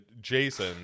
Jason